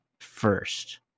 first